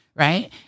Right